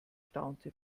staunte